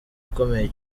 ikomeye